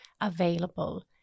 available